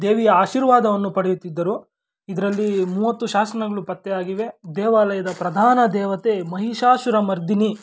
ದೇವಿಯ ಆಶೀರ್ವಾದವನ್ನು ಪಡೆಯುತ್ತಿದ್ದರು ಇದರಲ್ಲಿ ಮೂವತ್ತು ಶಾಸನಗಳು ಪತ್ತೆಯಾಗಿವೆ ದೇವಾಲಯದ ಪ್ರಧಾನ ದೇವತೆ ಮಹಿಷಾಸುರ ಮರ್ಧಿನಿ